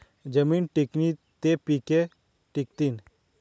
जमीन टिकनी ते पिके टिकथीन